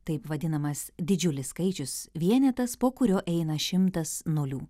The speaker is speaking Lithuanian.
taip vadinamas didžiulis skaičius vienetas po kurio eina šimtas nulių